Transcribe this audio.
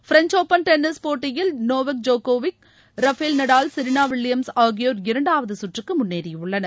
French Open tennis போட்டியில் Novak ஜோக்கோவிச் Rafael Nadal Serena Williams ஆகியோர் இரண்டாவது சுற்றுக்கு முன்னேறியுள்ளனர்